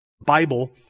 Bible